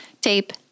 tape